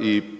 i